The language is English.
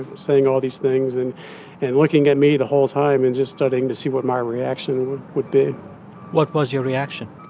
ah saying all these things, and and looking at me the whole time and just studying to see what my reaction would be what was your reaction?